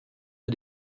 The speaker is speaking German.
bei